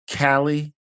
Callie